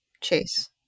Chase